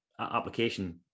application